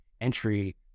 entry